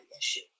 issue